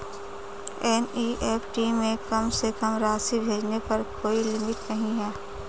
NEFT में कम से कम राशि भेजने पर कोई लिमिट नहीं है